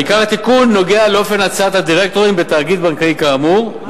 "עיקר התיקון נוגע לאופן הצעת הדירקטורים בתאגיד בנקאי כאמור,